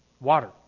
water